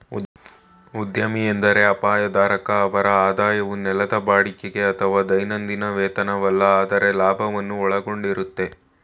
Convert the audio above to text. ಉದ್ಯಮಿ ಎಂದ್ರೆ ಅಪಾಯ ಧಾರಕ ಅವ್ರ ಆದಾಯವು ನೆಲದ ಬಾಡಿಗೆಗೆ ಅಥವಾ ದೈನಂದಿನ ವೇತನವಲ್ಲ ಆದ್ರೆ ಲಾಭವನ್ನು ಒಳಗೊಂಡಿರುತ್ತೆ